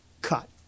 cut